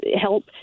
help